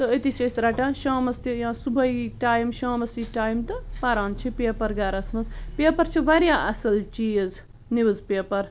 تہٕ أتی چھِ أسۍ رَٹان شامَس تہِ یا صُبحٲے یی ٹایم شامس یی ٹایم تہٕ پَران چھِ پیپر گَرس منٛز پیپر چھِ واریاہ اَصٕل چیٖز نِوٕز پیپر